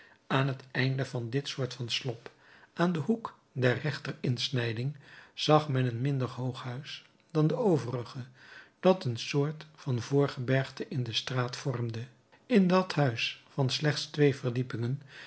aan het einde van dit soort van slop aan den hoek der rechter insnijding zag men een minder hoog huis dan de overige dat een soort van voorgebergte in de straat vormde in dat huis van slechts twee verdiepingen